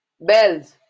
Bells